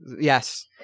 Yes